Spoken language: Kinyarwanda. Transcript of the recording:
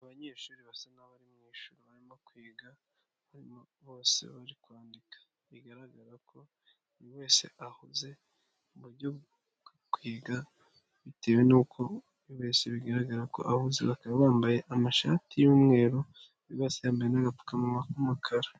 Abanyeshuri basa n'abari mu ishuri barimo kwiga, barimo bose bari kwandika, bigaragara ko buri wese ahuze mu buryo bwo kwiga bitewe n'uko buri wese bigaragara ko ahuze, bakaba bambaye amashati y'umweru, buri wese yambaye n'agapfuka k'umukara.